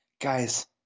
Guys